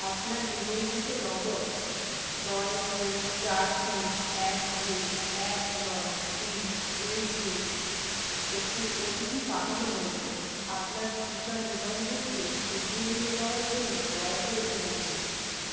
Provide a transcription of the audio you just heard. আপনার নিবন্ধিত নম্বর নয় দুই চার তিন এক দুই এক নয় তিন দুই দুই একটি ওটিপি পাঠানো হয়েছে আপনার টিকা নিবন্ধনকে এগিয়ে নিয়ে যাওয়ার জন্য দয়া করে এটি লিখুন